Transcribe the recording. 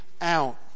out